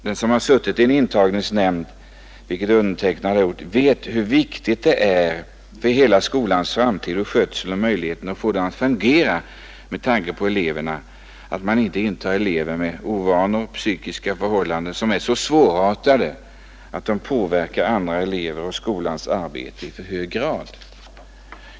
Den som har suttit i en intagningsnämnd, vilket jag har gjort, vet hur viktigt det är för hela skolans framtid, skötsel och möjlighet att fungera med tanke på eleverna, att man inte intar elever med ovanor och psykiska förhållanden som är så svårartade att de påverkar andra elever och skolans arbete i för hög grad.